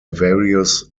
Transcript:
various